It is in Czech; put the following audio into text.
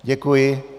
Děkuji.